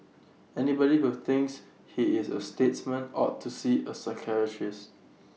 anybody who thinks he is A statesman ought to see A psychiatrist